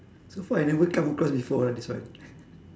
so far I never come across before eh this one